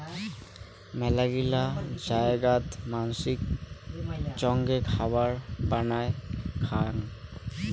মেলাগিলা জায়গাত মানসি চঙে খাবার বানায়া খায়ং